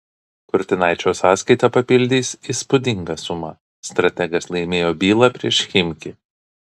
kurtinaičio sąskaitą papildys įspūdinga suma strategas laimėjo bylą prieš chimki